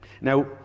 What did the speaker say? Now